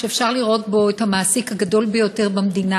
שאפשר לראות בו את המעסיק הגדול ביותר במדינה,